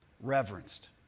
reverenced